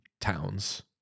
towns